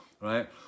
right